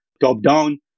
top-down